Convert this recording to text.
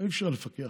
אי-אפשר לפקח,